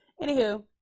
anywho